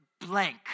blank